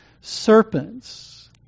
serpents